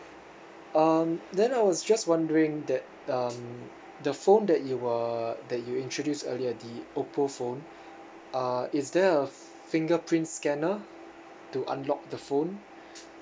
um then I was just wondering that um the phone that you uh that you introduce earlier the oppo phone uh is there a fingerprint scanner to unlock the phone